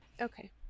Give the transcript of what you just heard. Okay